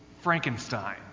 Frankenstein